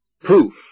proof